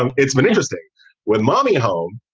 and it's been interesting with mommy home.